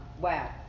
Wow